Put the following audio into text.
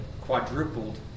quadrupled